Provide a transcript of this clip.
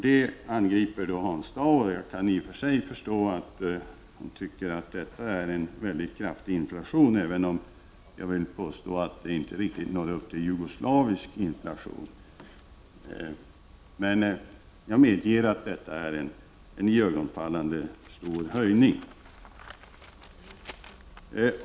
Det angriper Hans Dau, och jag kan i och för sig förstå att man kan tycka att detta är en mycket kraftig inflation, även om jag vill påstå att det inte riktigt når upp till jugoslavisk inflation, men jag medger att detta är en iögonfallande stor höjning.